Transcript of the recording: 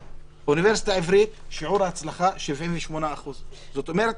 האוניברסיטה העברית שיעור ההצלחה 78%. זאת אומרת